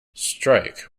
strike